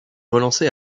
relancée